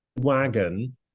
wagon